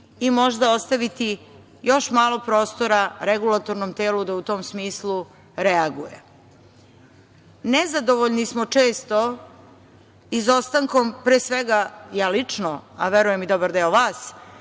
i možda ostaviti još malo prostora regulatornom telu da u tom smislu raguje. Nezadovoljni smo često izostankom pre svega ja lično, a verujem i dobar deo vas,